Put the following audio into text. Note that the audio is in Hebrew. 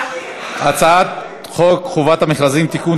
הצעת חוק חובת המכרזים (תיקון,